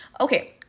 Okay